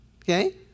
Okay